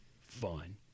fun